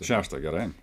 šeštą gerai